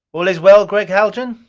all is well, gregg haljan?